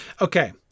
Okay